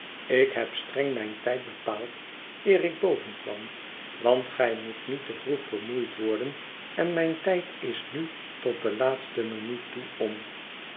ik heb streng mijn tijd bepaald eer ik boven kwam want gij moet niet te vroeg vermoeid worden en mijn tijd is nu tot de laatste minuut toe om